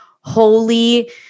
holy